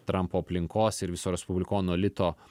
trampo aplinkos ir viso respublikonų elito